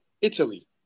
Italy